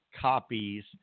copies